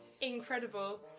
incredible